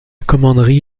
commanderie